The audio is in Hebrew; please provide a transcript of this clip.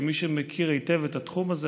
כמי שמכיר היטב את התחום הזה,